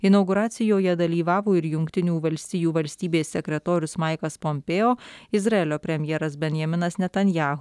inauguracijoje dalyvavo ir jungtinių valstijų valstybės sekretorius maikas pompeo izraelio premjeras benjaminas netanyahu